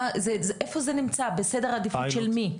איפה זה נמצא, בסדר עדיפות של מי?